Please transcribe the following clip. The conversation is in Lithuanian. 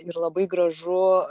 ir labai gražu